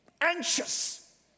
Anxious